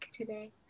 today